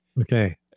Okay